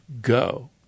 go